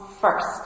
first